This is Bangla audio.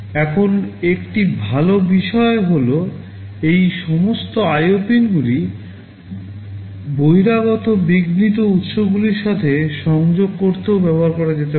এখন একটি ভাল বিষয় হল এই সমস্ত আইও পিনগুলি বহিরাগত বিঘ্নিত উৎসগুলির সাথে সংযোগ করতেও ব্যবহার করা যেতে পারে